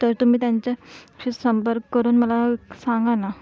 तर तुम्ही त्यांच्या शी संपर्क करून मला सांगा ना